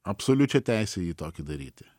absoliučią teisę jį tokį daryti